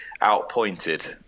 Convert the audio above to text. outpointed